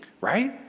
right